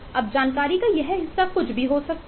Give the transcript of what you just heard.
अब जानकारी का यह हिस्सा कुछ भी हो सकता है